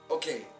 Okay